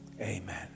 Amen